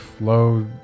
low